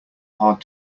hard